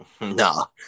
No